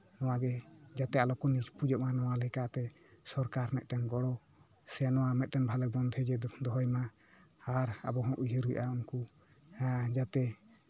ᱱᱚᱣᱟᱜᱮ ᱡᱟᱛᱮ ᱟᱞᱚ ᱠᱚ ᱱᱤᱯᱩᱡᱚᱜᱼᱢᱟ ᱱᱚᱣᱟ ᱞᱮᱠᱟᱛᱮ ᱥᱚᱨᱠᱟᱨ ᱢᱤᱫᱴᱮᱱ ᱜᱚᱲᱚ ᱥᱮ ᱱᱚᱣᱟ ᱢᱤᱫᱴᱮᱱ ᱵᱷᱟᱞᱮ ᱵᱚᱱᱫᱮᱡᱽ ᱫᱚᱦᱚᱭ ᱢᱟ ᱟᱨ ᱟᱵᱚ ᱩᱭᱦᱟᱹᱨ ᱦᱩᱭᱩᱜᱼᱟ ᱩᱱᱠᱩ ᱡᱟᱛᱮ